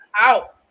out